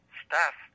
staff